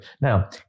Now